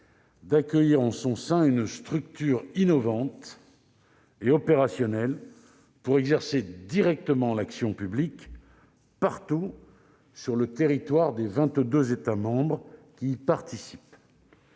d'accueillir en son sein une structure innovante et opérationnelle, pour exercer directement l'action publique partout sur le territoire des vingt-deux États membres qui y participent.